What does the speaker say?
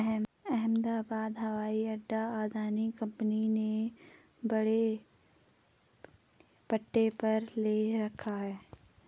अहमदाबाद हवाई अड्डा अदानी कंपनी ने भाड़े पट्टे पर ले रखा है